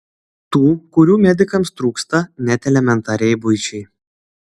tų kurių medikams trūksta net elementariai buičiai